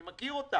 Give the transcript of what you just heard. אני מכיר אותם.